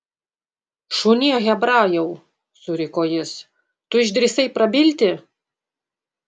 šunie hebrajau suriko jis tu išdrįsai prabilti